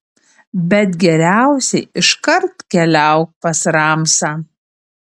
bet geriausiai iškart keliauk pas ramsą